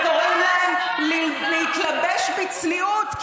על מה את, וקוראים להן להתלבש בצניעות.